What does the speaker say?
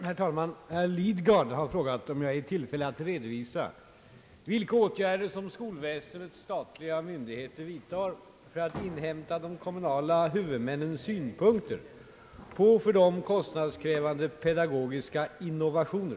Herr talman! Herr Lidgard har frågat om jag är i tillfälle att redovisa, vilka åtgärder som skolväsendets statliga myndigheter vidtar för att inhämta de kommunala huvudmännens synpunkter på för dem kostnadskrävande pedagogiska innovationer.